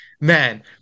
man